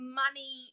money